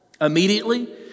immediately